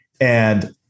And-